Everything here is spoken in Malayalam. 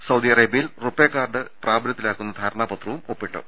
സൌദി അറേ ബൃയിൽ റുപേ കാർഡ് പ്രാബല്യത്തിലാക്കുന്ന ധാരണാപത്രവും ഒപ്പി ട്ടു